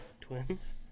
Twins